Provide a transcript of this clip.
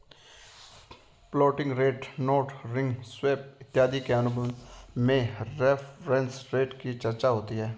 floating rate notes ring swap इत्यादि के अनुबंध में रेफरेंस रेट की चर्चा होती है